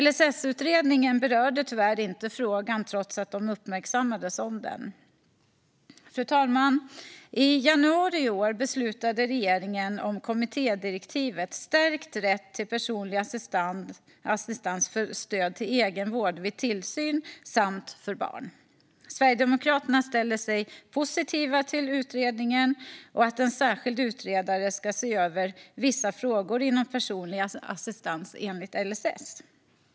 LSS-utredningen berörde tyvärr inte frågan, trots att de uppmärksammades på den. Fru talman! I januari i år beslutade regeringen om kommittédirektivet Stärkt rätt till personlig assistans för stöd vid egenvård, vid tillsyn samt för barn . Sverigedemokraterna ställer sig positiva till utredningen och att en särskild utredare ska se över vissa frågor inom personlig assistans enligt LSS.